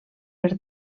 per